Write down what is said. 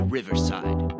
Riverside